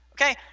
okay